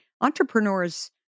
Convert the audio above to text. entrepreneurs